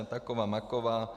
Taková, maková.